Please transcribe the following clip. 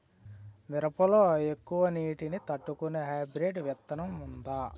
మిరప లో ఎక్కువ నీటి ని తట్టుకునే హైబ్రిడ్ విత్తనం వుందా?